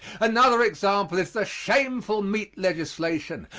another example is the shameful meat legislation,